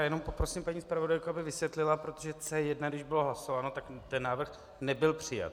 Jenom poprosím paní zpravodajku, aby vysvětlila protože C1, když bylo hlasováno, tak ten návrh nebyl přijat.